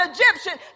Egyptian